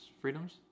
freedoms